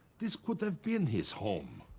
this could have been his home.